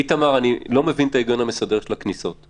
איתמר, אני לא מבין את ההיגיון המסדר של הכניסות.